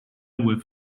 with